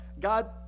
God